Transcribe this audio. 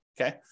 okay